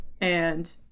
and-